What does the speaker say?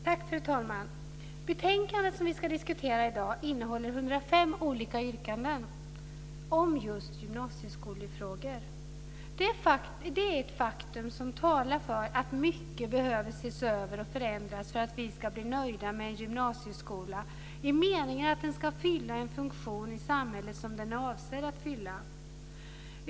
Fru talman! Betänkandet som vi ska diskutera i dag innehåller 105 olika yrkanden om just gymnasieskolefrågor. Det är ett faktum som talar för att mycket behöver ses över och förändras för att vi ska bli nöjda med gymnasieskolan i meningen att den ska fylla den funktion i samhället som den är avsedd att fylla.